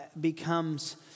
becomes